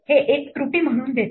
हे एक त्रुटी म्हणून देते